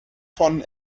von